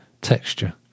texture